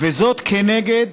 כנגד